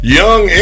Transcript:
young